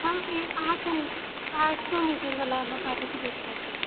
हम ई आठ सए आठ सए मीटर वला मे पार्टिसिपेट करबै